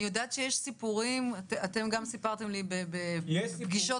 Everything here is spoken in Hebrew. אני יודעת שיש סיפורים לגבי משפחות